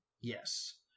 Yes